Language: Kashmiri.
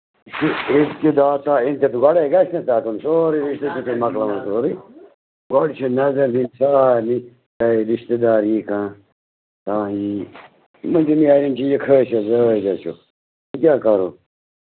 گۄڈٕے گژھِ نہٕ ژَٹُن سورُے رِشتہٕ چھِو تُہۍ مۄکلاوان سورُے گۅڈٕنٮ۪تھ چھِ نظر دِنۍ سارنٕے چاہے رِشتہٕ دار یِیہِ کانٛہہ کانٛہہ یِیہِ مٔنٛزِم یارٮ۪ن چھِ یہِ خٲصِیتھ وۅں کیٛاہ کرو